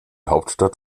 hauptstadt